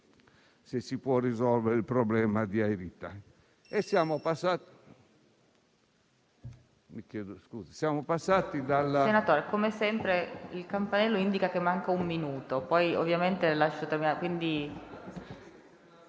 se si può risolvere il problema di Air Italy.